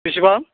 बेसेबां